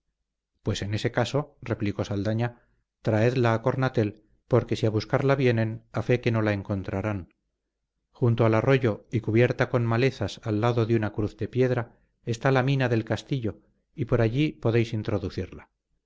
pues en ese caso replicó saldaña traedla a cornatel porque si a buscarla vinieren a fe que no la encontrarán junto al arroyo y cubierta con malezas al lado de una cruz de piedra está la mina del castillo y por allí podéis introducirla